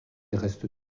reste